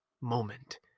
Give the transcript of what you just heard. moment